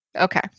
Okay